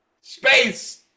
Space